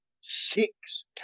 six